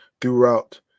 throughout